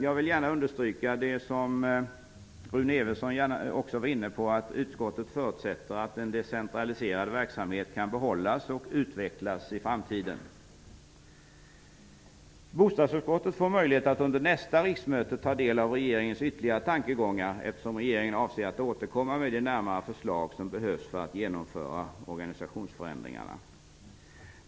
Jag vill gärna understryka det som Rune Evensson också var inne på, att utskottet förutsätter att en decentraliserad verksamhet kan behållas och utvecklas i framtiden. Bostadsutskottet får möjlighet att under nästa riksmöte ta del av regeringens ytterligare tankegångar, eftersom regeringen avser att återkomma med de närmare förslag som behövs för att genomföra organisationsförändringarna.